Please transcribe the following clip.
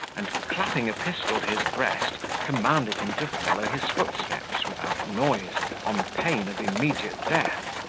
and clapping a pistol to his breast, commanded him to follow his footsteps without noise, on pain of immediate death.